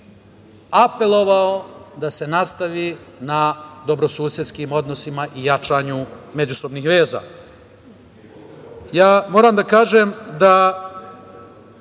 apelovao da se nastavi na dobrosusedskim odnosima i jačanju međusobnih veza. Ja moram da kažem da